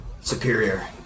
superior